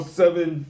seven